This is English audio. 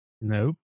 Nope